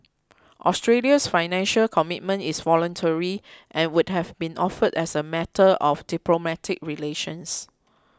Australia's Financial Commitment is voluntary and would have been offered as a matter of diplomatic relations